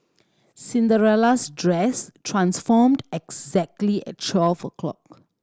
Cinderella's dress transformed exactly at twelve o'clock